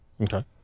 Okay